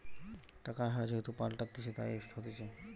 টাকার হার যেহেতু পাল্টাতিছে, তাই রিস্ক হতিছে